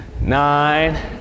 nine